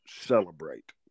celebrate